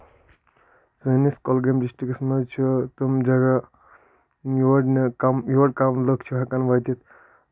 سٲنِس کۄلگٲمۍ ڈِسٹرکٹس منٛز چھ تِم جگہہ یور نہٕ کَم یور کم لُکھ چھِ ہٮ۪کان وٲتِتھ